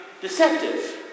deceptive